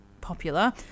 popular